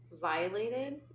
violated